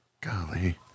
Golly